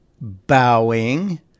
bowing